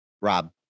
rob